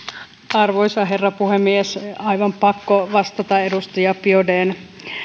arvoisa herra puhemies aivan pakko vastata edustaja biaudetn